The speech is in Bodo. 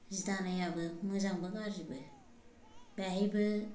जि दानायाबो मोजांबो गाज्रिबो बेहायबो